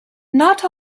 not